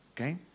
Okay